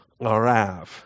L'arav